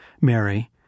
Mary